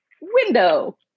Window